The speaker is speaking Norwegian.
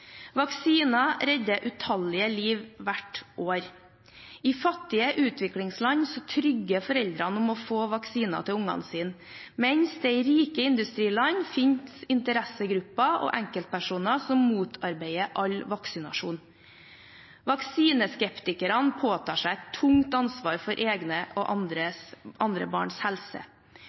Vaksiner redder utallige liv hvert år. I fattige utviklingsland trygler foreldrene om å få vaksiner til ungene sine, mens det i rike industriland finnes interessegrupper og enkeltpersoner som motarbeider all vaksinasjon. Vaksineskeptikerne påtar seg et tungt ansvar for egne og andre barns helse.